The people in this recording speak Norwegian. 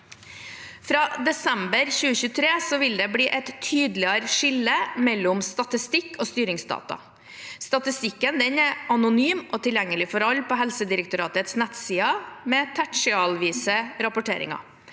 Fra desember 2023 vil det bli et tydeligere skille mellom statistikk og styringsdata. Statistikken er anonym og tilgjengelig for alle på Helsedirektoratets nettsider med tertialvise rapporteringer.